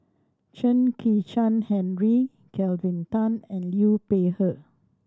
Chen Kezhan Henri Kelvin Tan and Liu Peihe